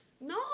No